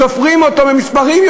סופרים אותו במספרים,